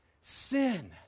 sin